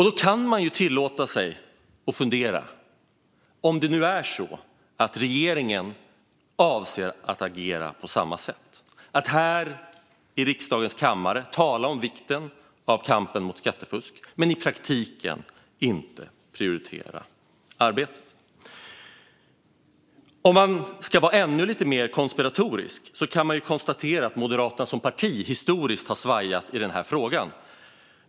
Då kan man tillåta sig att fundera över om regeringen avser att agera på samma sätt: att här i riksdagens kammare tala om vikten av kampen mot skattefusk men i praktiken inte prioritera arbetet. Om man ska vara ännu lite mer konspiratorisk kan man konstatera att Moderaterna som parti historiskt har svajat i den här frågan.